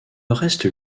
reste